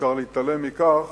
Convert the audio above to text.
כשאי-אפשר להתעלם מכך